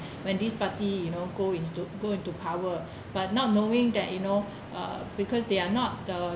when this party you know go into go into power but not knowing that you know uh because they are not the